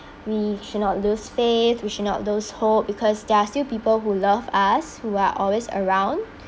we should not lose faith we should not lose hope because there are still people who love us who are always around